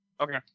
Okay